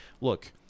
look